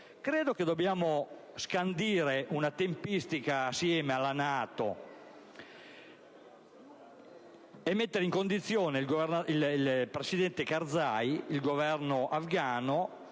Credo che dobbiamo scandire una tempistica assieme alla NATO e mettere in condizione il presidente Karzai e il Governo afgano